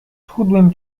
schudłem